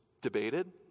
debated